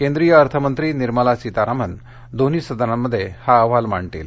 केंद्रीय अर्थमंत्री निर्मला सीतारमन दोन्ही सदनांमध्ये हा अहवाल मांडतील